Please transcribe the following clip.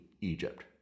Egypt